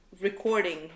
recording